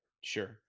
Sure